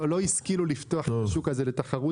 לא השכילו לפתוח את השוק הזה לתחרות.